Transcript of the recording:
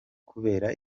kubera